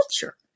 culture